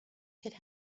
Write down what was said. could